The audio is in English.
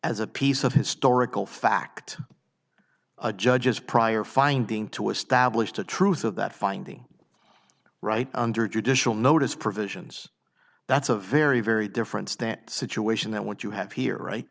as a piece of historical fact a judge's prior finding to establish the truth of that finding right under judicial notice provisions that's a very very different stent situation that what you have here right